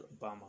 Obama